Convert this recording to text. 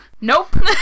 Nope